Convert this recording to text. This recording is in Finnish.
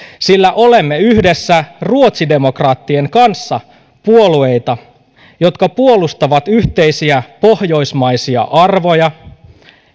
sillä olemme yhdessä ruotsidemokraattien kanssa puolueita jotka puolustavat yhteisiä pohjoismaisia arvoja